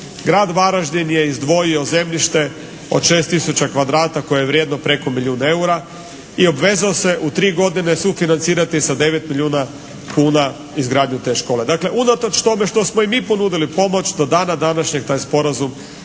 grad Varaždin je izdvojio zemljište od 6 tisuća kvadrata koje je vrijedno preko milijun EUR-a i obvezao se u 3 godine sufinancirati sa 9 milijuna kuna izgradnju te škole. Dakle unatoč tome što smo i mi ponudili pomoć do dana današnjeg taj sporazum